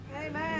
amen